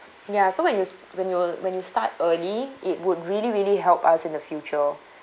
ya so when you when you when you start early it would really really help us in the future